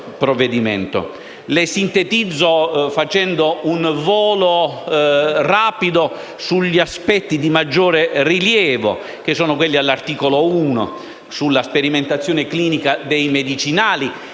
le sintetizzo facendo un volo rapido sugli aspetti di maggior rilievo, quelli all'articolo 1, sulla sperimentazione clinica dei medicinali,